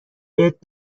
بهت